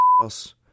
house